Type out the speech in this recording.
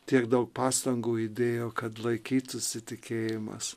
tiek daug pastangų įdėjo kad laikytųsi tikėjimas